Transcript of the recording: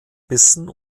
bissen